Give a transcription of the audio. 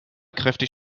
kräftig